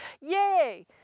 Yay